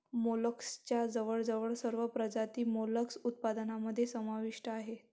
मोलस्कच्या जवळजवळ सर्व प्रजाती मोलस्क उत्पादनामध्ये समाविष्ट आहेत